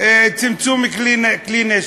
לצמצום כלי נשק.